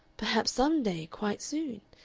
perhaps some day, quite soon,